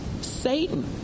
Satan